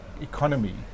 economy